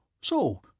So